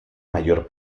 mayor